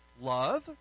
Love